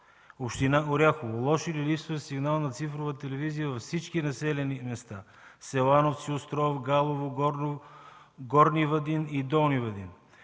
община Оряхово – лош или липсващ сигнал за цифрова телевизия във всички населени места: Селановци, Остров, Галово, Горни Вадин и Долни Вадин;